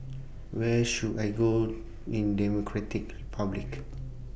Where should I Go in Democratic Republic